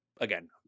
again